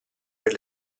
per